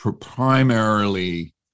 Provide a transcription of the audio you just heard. primarily